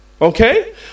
Okay